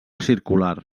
circular